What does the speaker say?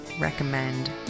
recommend